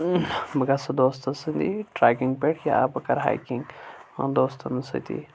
بہٕ گژھٕ دوستس سۭتی ٹریکنگ پیٹھ یا بہٕ کرٕ ہیکنگ دوستن سۭتی